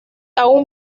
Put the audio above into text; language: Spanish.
aún